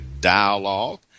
dialogue